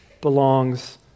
belongs